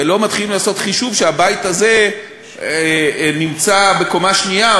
ולא מתחילים לעשות חישוב שהבית הזה נמצא בקומה שנייה,